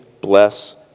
bless